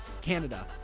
Canada